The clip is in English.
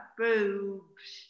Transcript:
boobs